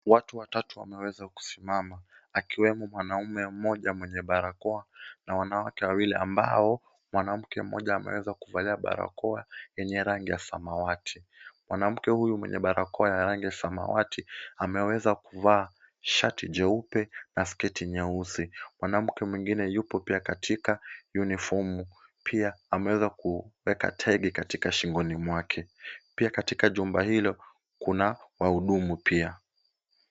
Watu watatu wameweza kusimama akiwemo mwanaume moja mwenye barakao na wanawake wawili ambao mwanamke moja ameweza kuvalia barakao enye rangi ya samawati. Mwanamke huyu mwenye barakao ya rangi ya samawati ameweza kuvaa shati jeupe na sketi nyeusi. Mwanamke mwingine pia yupo pia katika uniform pia amweza kuweka tag katika shingoni mwake, pia katika jumba hilo kuna wahudumu pia.